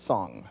Song